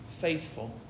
faithful